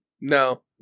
No